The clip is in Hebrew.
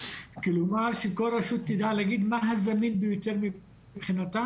כלומר שכל רשות תדע להגיד מה הזמין ביותר מבחינתה,